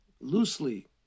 loosely